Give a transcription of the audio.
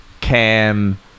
Cam